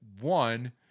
one